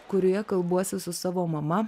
kurioje kalbuosi su savo mama